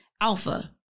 alpha